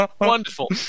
wonderful